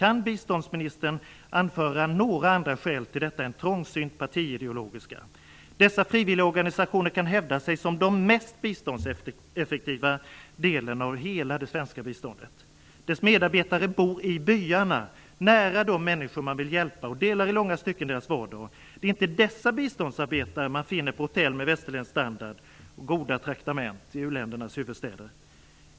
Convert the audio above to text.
Kan biståndsministern anföra några andra skäl till detta än trångsynt partiideologiska? Dessa frivilligorganisationer kan hävda sig som den mest biståndseffektiva delen av hela det svenska biståndet. Deras medarbetare bor i byarna, nära de människor man vill hjälpa och delar i långa stycken deras vardag. Det är inte dessa biståndsarbetare man finner på hotell med västerländsk standard och goda traktamenten i uländernas huvudstäder.